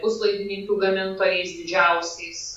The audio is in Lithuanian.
puslaidininkių gamintojais didžiausiais